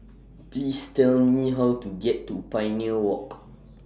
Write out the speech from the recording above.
Please Tell Me How to get to Pioneer Walk